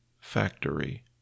factory